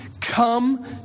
come